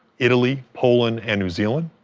italy, poland, and new zealand,